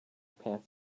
pants